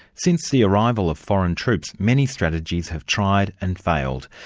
since the arrival of foreign troops, many strategies have tried and failed.